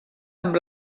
amb